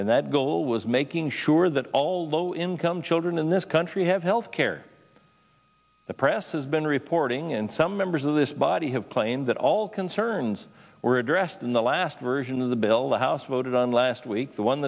and that goal was making sure that all low income children in this country have health care the press has been reporting and some members of this body have claimed that all concerns were addressed in the last version of the bill the house voted on last week the one